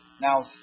now